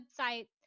website